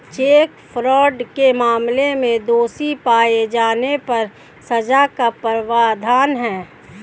check fraud के मामले में दोषी पाए जाने पर सजा का प्रावधान है